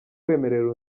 wemerera